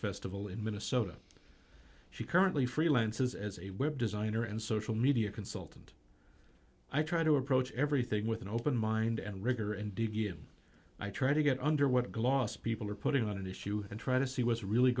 festival in minnesota she currently freelances as a web designer and social media consultant i try to approach everything with an open mind and rigor and d v m i try to get under what gloss people are putting on an issue and try to see what's really